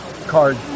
card